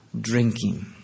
drinking